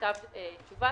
"כתב תשובה